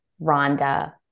Rhonda